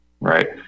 Right